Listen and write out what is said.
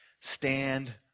stand